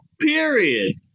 period